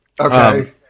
Okay